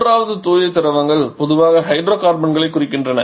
மூன்றாவது தூய திரவங்கள் பொதுவாக ஹைட்ரோகார்பன்களைக் குறிக்கின்றன